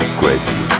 crazy